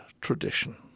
tradition